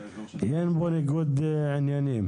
האם אין פה ניגוד עניינים?